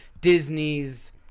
Disney's